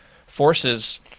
forces